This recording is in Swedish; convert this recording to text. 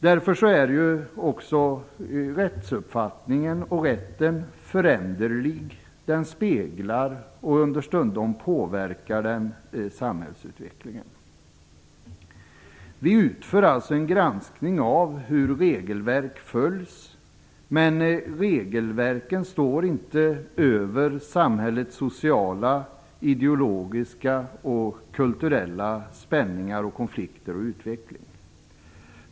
Därför är också rättsuppfattningen och rätten föränderlig. Den speglar och understundom påverkar samhällsutvecklingen. Vi utför alltså en granskning av hur regelverk följs. Men regelverket står inte över samhällets sociala, ideologiska och kulturella spänningar, konflikter och utveckling.